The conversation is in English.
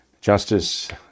justice